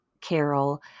carol